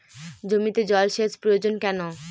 জমিতে জল সেচ প্রয়োজন কেন?